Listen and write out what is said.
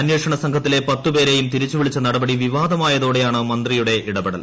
അന്വേഷണസംഘത്തിലെ പത്തുപേരെയും തിരിച്ചുവിളിച്ചു നടപടി വിവാദമായതോടെയാണ് മന്ത്രിയുടെ ഇടപെടൽ